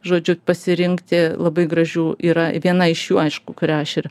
žodžiu pasirinkti labai gražių yra viena iš jų aišku kurią aš ir